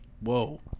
Whoa